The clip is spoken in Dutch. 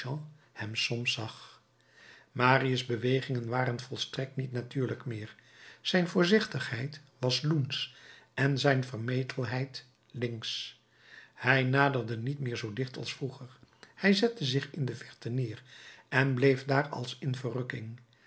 hem soms zag marius bewegingen waren volstrekt niet natuurlijk meer zijn voorzichtigheid was loensch en zijn vermetelheid linksch hij naderde niet meer zoo dicht als vroeger hij zette zich in de verte neer en bleef daar als in verrukking